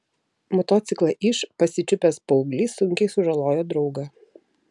motociklą iž pasičiupęs paauglys sunkiai sužalojo draugą